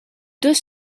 deux